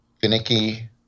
finicky